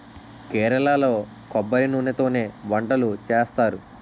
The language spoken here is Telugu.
కేరళలో కొబ్బరి నూనెతోనే వంటలు చేస్తారు